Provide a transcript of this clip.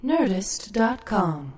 Nerdist.com